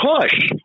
push